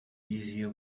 easier